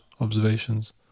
observations